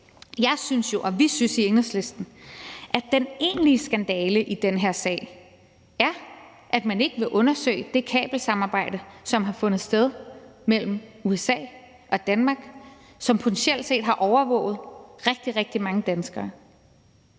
Jeg og vi i Enhedslisten synes, at den egentlige skandale i den her sag er, at man ikke vil undersøge det kabelsamarbejde, som har fundet sted mellem USA og Danmark, som potentielt set har overvåget rigtig, rigtig mange danskere.